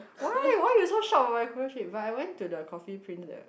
why why you so shocked of my korea trip but I went to coffee prince three